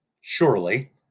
Surely